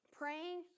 Praying